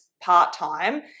part-time